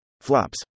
flops